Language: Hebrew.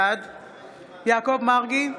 בעד יעקב מרגי,